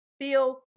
feel